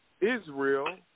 Israel